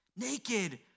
naked